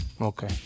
Okay